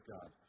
God